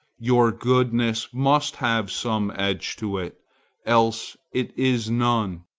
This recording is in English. your goodness must have some edge to it else it is none.